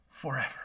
Forever